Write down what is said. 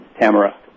Tamara